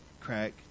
crack